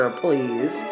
please